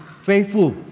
faithful